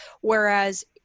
Whereas